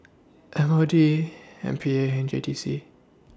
M O D M P A and J T C